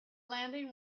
landing